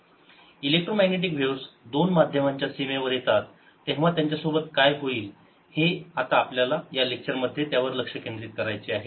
electromagnetic waves दोन माध्यमांच्या सीमेवर येतात तेव्हा त्यांच्यासोबत काय होईल आता आपल्याला या लेक्चर मध्ये त्यावर लक्ष केंद्रित करायचे आहे